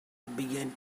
began